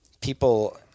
people